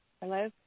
Hello